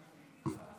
ראשית,